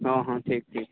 ᱦᱚᱸ ᱦᱚᱸ ᱴᱷᱤᱠ ᱴᱷᱤᱠ